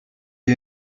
you